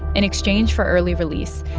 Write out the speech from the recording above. in exchange for early release,